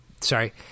Sorry